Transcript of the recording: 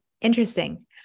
interesting